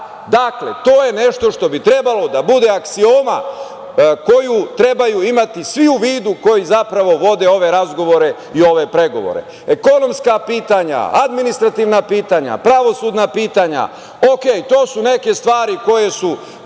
to je nešto što bi trebalo da bude aksioma koju trebaju imati svi u vidu koji zapravo vode ove razgovore i ove pregovore. Ekonomska pitanja, administrativna pitanja, pravosudna pitanja, u redu, to su neke stvari koje su